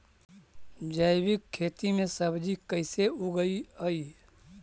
जैविक खेती में सब्जी कैसे उगइअई?